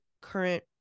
current